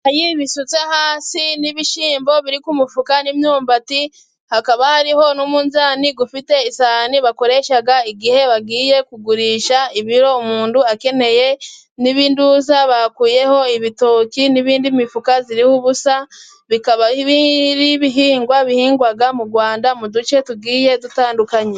Ibirayi bisutse hasi n'ibishyimbo biri ku mufuka, n'imyumbati hakaba hariho, n'umunzani ufite isahani bakoresha igihe bagiye kugurisha ibiro umuntu akeneye, n'ibintuza bakuyeho ibitoki, n'iyindi mifuka irimo ubusa bikaba ibihingwa bihingwa mu Rwanda, mu duce tugiye dutandukanye.